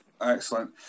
Excellent